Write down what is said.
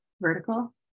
vertical